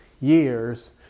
years